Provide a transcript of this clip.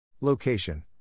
Location